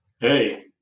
Hey